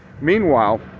Meanwhile